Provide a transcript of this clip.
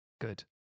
Good